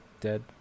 dead